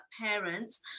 parents